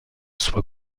soit